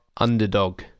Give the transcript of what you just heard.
underdog